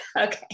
okay